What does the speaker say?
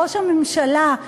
ראש הממשלה,